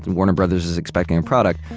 warner brothers is expecting a product.